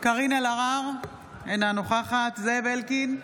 קארין אלהרר, אינה נוכחת זאב אלקין,